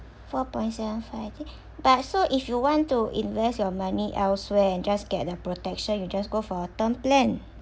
four point seven five I think but so if you want to invest your money elsewhere and just get the protection you just go for a term plan